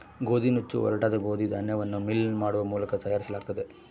ಗೋದಿನುಚ್ಚು ಒರಟಾದ ಗೋದಿ ಧಾನ್ಯವನ್ನು ಮಿಲ್ ಮಾಡುವ ಮೂಲಕ ತಯಾರಿಸಲಾಗುತ್ತದೆ